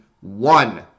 one